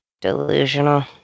Delusional